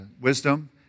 wisdom